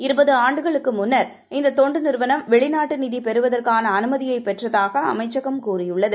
இருபது ஆண்டுகளுக்கு முன்னர் இந்த தொண்டு நிறுவனம் வெளிநாட்டு நிதி பெறுவதற்கான அனுமதியை பெற்றதாக அமைச்சகம் கூறியுள்ளது